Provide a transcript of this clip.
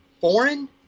foreign